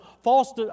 False